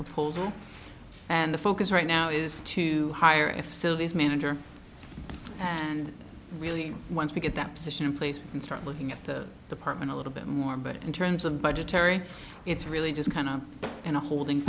proposal and the focus right now is to hire if sylvie's manager and really once we get that position in place and start looking at the department a little bit more but in terms of budgetary it's really just kind of in a holding